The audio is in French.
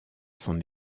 s’en